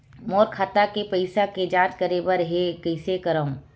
मोर खाता के पईसा के जांच करे बर हे, कइसे करंव?